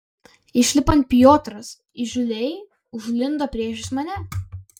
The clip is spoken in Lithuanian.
išlipant piotras įžūliai užlindo priešais mane